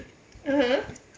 (uh huh)